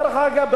דרך אגב,